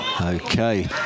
Okay